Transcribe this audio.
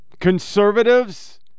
Conservatives